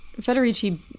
Federici